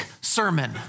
sermon